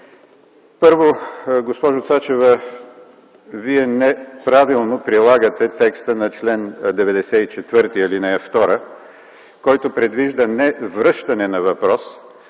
Първо, госпожо Цачева, Вие неправилно прилагате текста на чл. 94, ал. 2, който предвижда не връщане на въпрос,